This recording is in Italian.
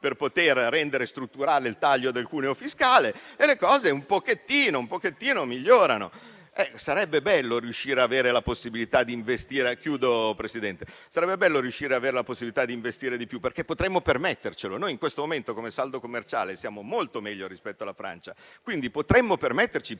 per poter rendere strutturale il taglio del cuneo fiscale e la situazione un po' migliora. Sarebbe bello riuscire ad avere la possibilità di investire di più, perché potremmo permettercelo. In questo momento, come saldo commerciale, noi stiamo molto meglio rispetto alla Francia. Quindi, potremmo permetterci più